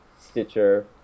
Stitcher